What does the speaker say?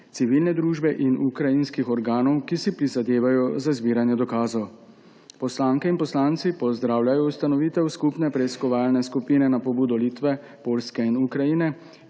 civilne družbe in ukrajinskih organov, ki si prizadevajo za zbiranje dokazov. Poslanke in poslanci pozdravljajo ustanovitev skupne preiskovalne skupine na pobudo Litve, Poljske in Ukrajine,